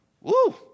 Woo